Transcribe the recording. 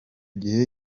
gihe